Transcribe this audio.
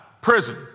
prison